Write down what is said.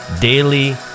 daily